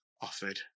offered